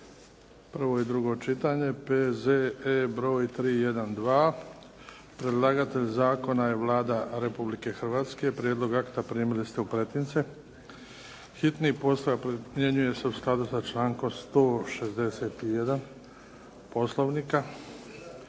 prvo i drugo čitanje, P.Z.E. br. 312 Predlagatelj zakona je Vlada Republike Hrvatske. Prijedlog akta primili ste u pretince. Hitni postupak primjenjuje se u skladu sa člankom 161. Poslovnika.